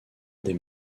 des